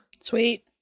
Sweet